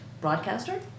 broadcaster